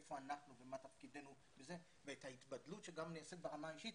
ואיפה אנחנו ומה תפקידנו ואת ההתבדלות שגם נעשית ברמה האישית.